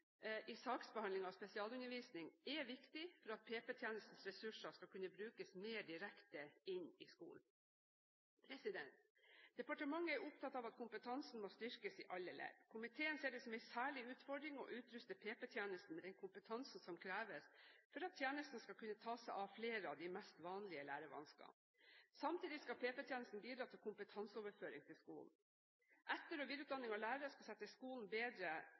i saksbehandlingen av spesialundervisning er viktig for at PP-tjenestens ressurser skal kunne brukes mer direkte inn i skolen. Departementet er opptatt av at kompetansen må styrkes i alle ledd. Komiteen ser det som en særlig utfordring å utruste PP-tjenesten med den kompetansen som kreves, for at tjenesten skal kunne ta seg av flere av de mest vanlige lærevanskene. Samtidig skal PP-tjenesten bidra til kompetanseoverføring til skolen. Etter- og videreutdanning av lærere skal sette skolen selv bedre